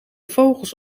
vogels